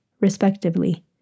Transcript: respectively